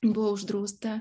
buvo uždrausta